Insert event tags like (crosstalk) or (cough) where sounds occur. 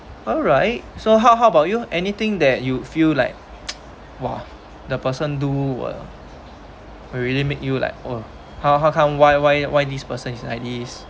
alright so how how about you anything that you feel like (noise) !wah! the person do will will really make you like !wah! how how come why why why this person is like this